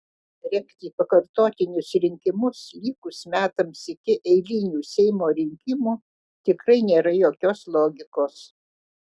rengti pakartotinius rinkimus likus metams iki eilinių seimo rinkimų tikrai nėra jokios logikos